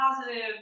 positive